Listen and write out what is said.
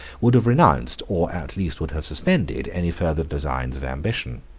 would have renounced, or at least would have suspended, any further designs of ambition.